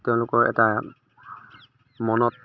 তেওঁলোকৰ এটা মনত